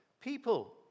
people